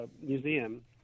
Museum